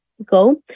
go